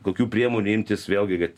kokių priemonių imtis vėlgi kad